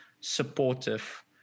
supportive